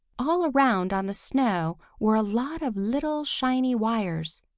all around on the snow were a lot of little, shiny wires,